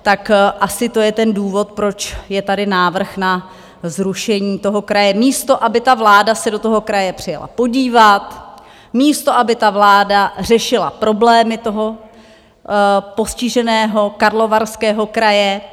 Tak asi to je ten důvod, proč je tady návrh na zrušení toho kraje, místo aby ta vláda se do toho kraje přijela podívat, místo aby ta vláda řešila problémy toho postiženého Karlovarského kraje.